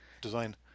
design